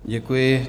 Děkuji.